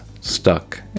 stuck